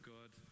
God